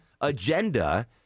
agenda